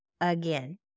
again